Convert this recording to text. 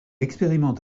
expérimente